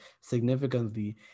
significantly